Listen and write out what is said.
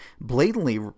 blatantly